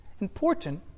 important